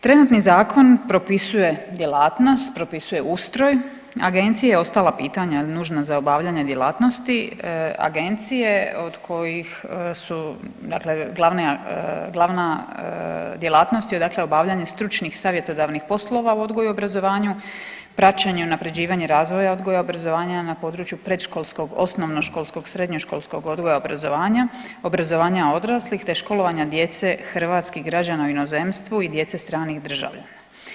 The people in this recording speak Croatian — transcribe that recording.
Trenutni zakon propisuje djelatnost, propisuje ustroj agencije i ostala pitanja nužna za obavljanja djelatnosti agencije od kojih su dakle glavna djelatnost je obavljanje stručnih savjetodavnih poslova u odgoju i obrazovanju, praćenje i unapređivanje razvoja odgoja i obrazovanja na predškolskog, osnovnoškolskog, srednjoškolskog odgoja i obrazovanja, obrazovanja odraslih te školovanja djece hrvatskih građana u inozemstvu i djece stranih državljana.